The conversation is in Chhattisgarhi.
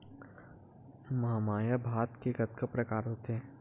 महमाया भात के कतका प्रकार होथे?